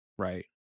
Right